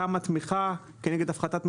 כמה תמיכה כנגד הפחתת מכסים,